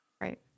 Right